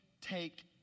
take